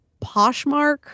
Poshmark